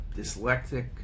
dyslectic